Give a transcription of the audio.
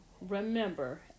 Remember